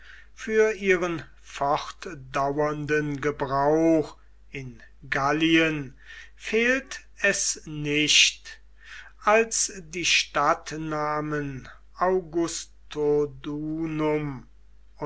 für ihren fortdauernden gebrauch in gallien fehlt es nicht als die stadtnamen